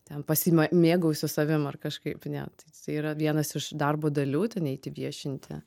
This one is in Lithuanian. ten pasiima mėgausiuos savim ar kažkaip ne tai tai yra vienas iš darbo dalių ten eiti viešinti